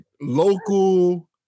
local